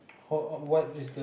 oh uh what is the